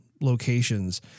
locations